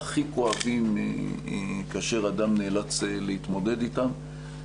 והכי כואבים כאשר אדם נאלץ להתמודד איתם.